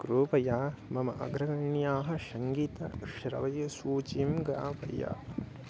कृपया मम अग्रगण्याः सङ्गीतश्रव्यसूचीं ग्राहय